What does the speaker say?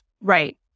Right